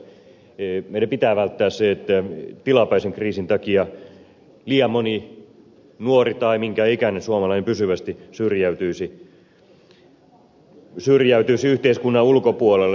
meidän pitää välttää se että tilapäisen kriisin takia liian moni nuori tai minkään ikäinen suomalainen pysyvästi syrjäytyisi yhteiskunnan ulkopuolelle